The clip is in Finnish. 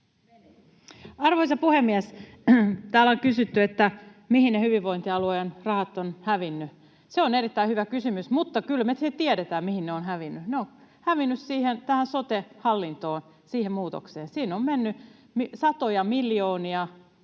Arvoisa puhemies! Täällä on kysytty, mihin ne hyvinvointialueen rahat ovat hävinneet. Se on erittäin hyvä kysymys, mutta kyllä me se tiedetään, mihin ne ovat hävinneet. Ne ovat hävinneet tähän sote-hallintoon, siihen muutokseen. Siinä on mennyt satoja miljoonia